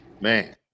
man